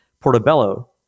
Portobello